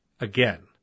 again